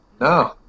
No